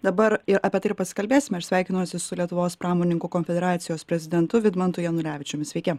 dabar ir apie tai ir pasikalbėsime aš sveikinuosi su lietuvos pramoninkų konfederacijos prezidentu vidmantu janulevičiumi sveiki